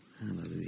Hallelujah